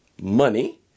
money